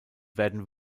werden